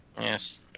Yes